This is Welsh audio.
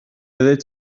oeddet